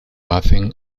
hacen